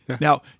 Now